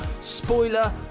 spoiler